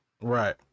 Right